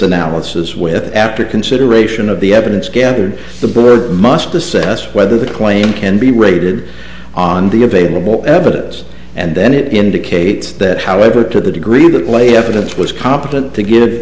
analysis with after consideration of the evidence gathered the bird must assess whether the claim can be rated on the available evidence and it indicates that however to the degree that lay evidence was competent to g